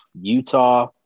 Utah